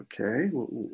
okay